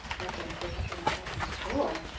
okay, portraiture and fashion, cool.